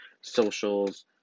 socials